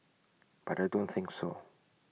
but I don't think so